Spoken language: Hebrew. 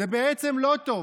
זה בעצם לא טוב.